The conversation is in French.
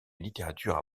littérature